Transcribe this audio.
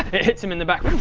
it hits him in the back